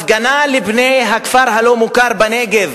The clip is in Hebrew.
הפגנה של בני הכפר הלא-מוכר בנגב,